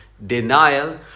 denial